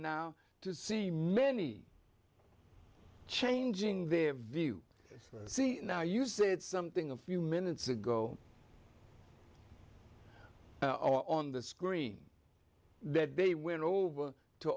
now to see many changing their view see now you said something a few minutes ago on the screen that they went over to